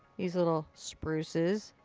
these little spruces.